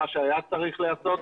מה שהיה צריך להיעשות.